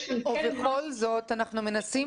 יש כן --- ובכל זאת אנחנו מנסים